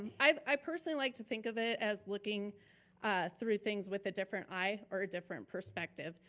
i personally like to think of it as looking through things with a different eye or a different perspective,